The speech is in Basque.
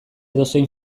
edozein